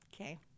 Okay